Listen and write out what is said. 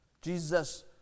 Jesus